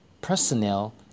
personnel